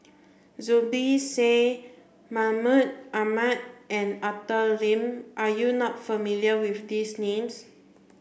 Zubir Said Mahmud Ahmad and Arthur Lim are you not familiar with these names